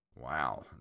Wow